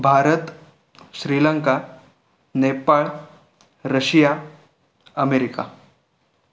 Bharat Sri Lanka Nepal Russia America